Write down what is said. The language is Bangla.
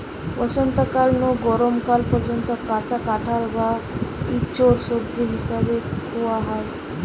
বসন্তকাল নু গরম কাল পর্যন্ত কাঁচা কাঁঠাল বা ইচোড় সবজি হিসাবে খুয়া হয়